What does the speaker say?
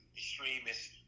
extremists